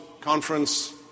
conference